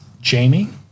Jamie